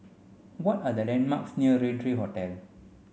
what are the landmarks near Raintr three Hotel